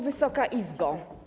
Wysoka Izbo!